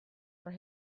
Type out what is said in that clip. for